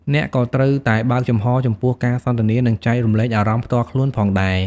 អ្នកក៏ត្រូវតែបើកចំហរចំពោះការសន្ទនានិងចែករំលែកអារម្មណ៍ផ្ទាល់ខ្លួនផងដែរ។